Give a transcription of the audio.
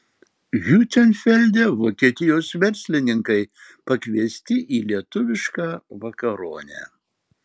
hiutenfelde vokietijos verslininkai pakviesti į lietuvišką vakaronę